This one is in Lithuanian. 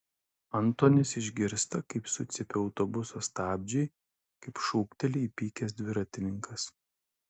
antonis išgirsta kaip sucypia autobuso stabdžiai kaip šūkteli įpykęs dviratininkas